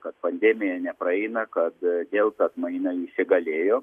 kad pandemija nepraeina kad vėl ta atmaina įsigalėjo